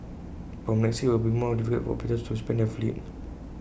from next year IT will be more difficult for operators to expand their fleet